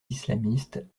islamistes